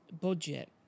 budget